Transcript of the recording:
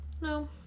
No